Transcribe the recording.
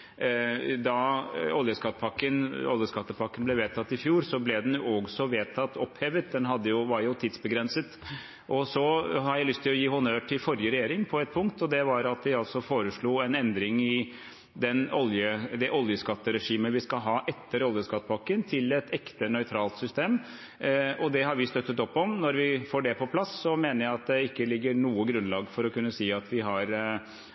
da oljeskattepakken ble vedtatt i fjor, ble den også vedtatt opphevet. Den var jo tidsbegrenset. Så har jeg lyst til å gi honnør til forrige regjering på et punkt, og det var at de foreslo en endring i det oljeskatteregimet vi skal ha etter oljeskattepakken, til et ekte nøytralt system. Det har vi støttet opp om. Når vi får det på plass, mener jeg at det ikke er noe grunnlag for å kunne si at vi har